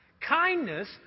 Kindness